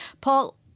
Paul